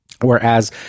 Whereas